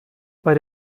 bei